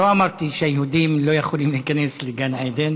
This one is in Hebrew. לא אמרתי שיהודים לא יכולים להיכנס לגן עדן,